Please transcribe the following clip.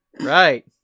Right